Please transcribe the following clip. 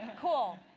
cool.